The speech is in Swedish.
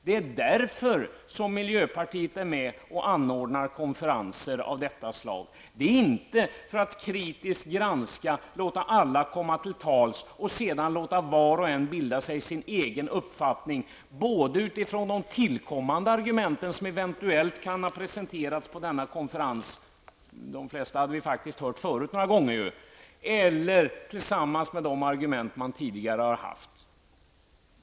Det är därför som miljöpartiet är med och anordnar konferenser av detta slag och inte för att kritiskt granska och låta var och en komma till tals för att sedan kunna bilda sig en egen uppfattning, såväl utifrån de tillkommande argument som eventuellt kan ha presenterats på denna konferens -- de flesta hade vi ju faktiskt hört några gånger tidigare -- som utifrån de argument som man redan hade.